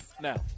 now